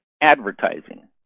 advertising